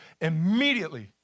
immediately